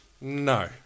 no